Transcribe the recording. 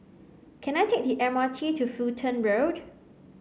can I take the M R T to Fulton Road